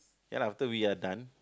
ya lah after we are done